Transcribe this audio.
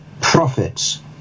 profits